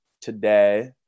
today